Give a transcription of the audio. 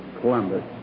columbus